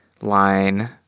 line